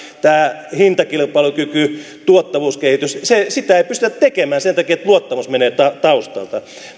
tätä hintakilpailukykyä tuottavuuskehitystä ei pystytä tekemään sen takia että luottamus menee taustalta